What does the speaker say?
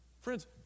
Friends